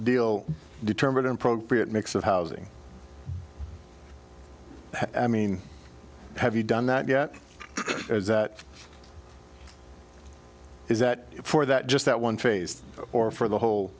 deal determining probate mix of housing i mean have you done that yet is that is that for that just that one phase or for the whole